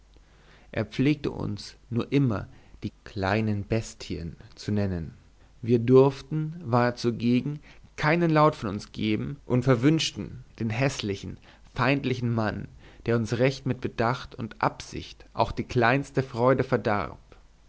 er pflegte uns nur immer die kleinen bestien zu nennen wir durften war er zugegen keinen laut von uns geben und verwünschten den häßlichen feindlichen mann der uns recht mit bedacht und absicht auch die kleinste freude verdarb